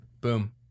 Boom